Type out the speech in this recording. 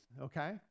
Okay